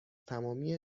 تمامی